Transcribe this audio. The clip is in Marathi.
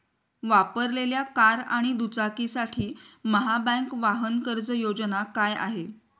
वापरलेल्या कार आणि दुचाकीसाठी महाबँक वाहन कर्ज योजना काय आहे?